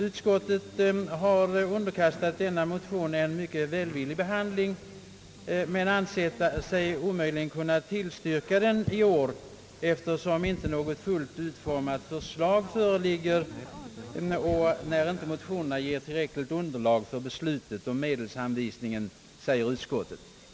Utskottet har behandlat motionen mycket välvilligt men har inte ansett sig kunna tillstyrka den i år, eftersom det inte föreligger något fullt utformat förslag och motionen inte ger tillräckligt underlag för beslutet om medelsanvisningen, säger utskottet.